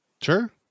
Sure